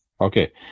Okay